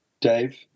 Dave